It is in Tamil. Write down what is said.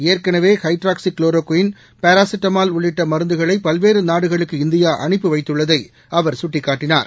ஏற்கெனவே ஹைட்ராக்சி குளோரோகுயின் பாராசிட்டமால் உள்ளிட்ட மருந்துகளை பல்வேறு நாடுகளுக்கு இந்தியா அனுப்பி வைத்துள்ளதை அவர் சுட்டிக்காட்டினார்